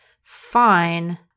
fine